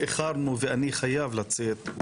הדיון התחיל באיחור ואני חייב לצאת.